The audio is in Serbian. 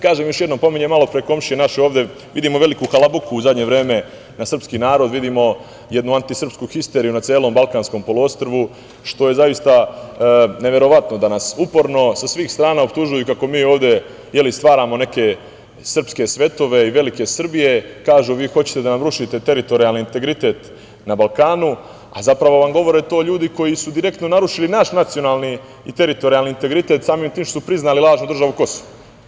Kažem, još jednom, pominjem malopre naše komšije i vidimo veliku halabuku u zadnje vreme na srpski narod, vidimo jednu antisrpsku histeriju na celom Balkanskom poluostrvu, što je zaista neverovatno da nas uporno sa svih strana optužuju ovde kako mi stvaramo neke srpske svetove i velike Srbije, kažu – vi hoćete da nam rušite teritorijalni integritet na Balkanu, a zapravo vam govore to ljudi koji su narušili naš nacionalni i teritorijalni integritet samim tim što su priznali lažnu državu Kosovo.